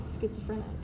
schizophrenic